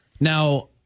Now